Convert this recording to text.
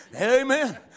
Amen